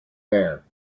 there